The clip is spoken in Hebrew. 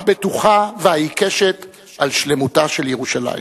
הבטוחה והעיקשת על שלמותה של ירושלים.